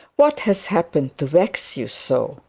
what has happened to vex you so?